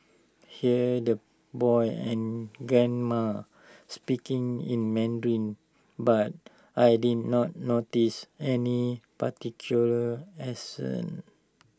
heard the boy and grandma speaking in Mandarin but I did not notice any particular accent